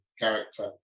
character